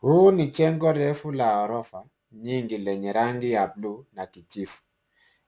Huu ni jengo refu la ghorofa nyingi lenye rangi ya bluu na kijivu,